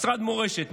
משרד מורשת,